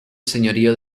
señorío